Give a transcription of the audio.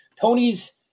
Tony's